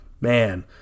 man